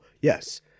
yes